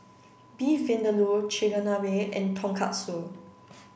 beef Vindaloo Chigenabe and Tonkatsu